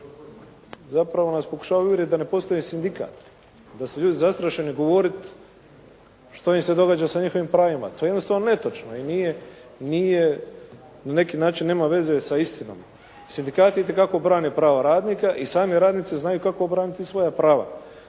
zapravo nas pokušavaju uvjeriti da ne postoji sindikat, da su ljudi zastrašeni govoriti što im se događa sa njihovim pravima. To je jednostavno netočno i nije, na neki način nema veze sa istinom. Sindikati itekako brane prava radnika i sami radnici znaju kako obraniti svoja prava.